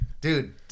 Dude